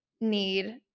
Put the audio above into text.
need